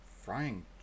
frying